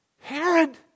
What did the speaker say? Herod